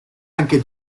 anche